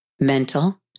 mental